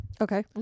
Okay